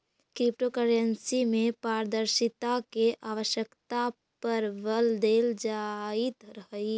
crypto currency में पारदर्शिता के आवश्यकता पर बल देल जाइत हइ